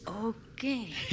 Okay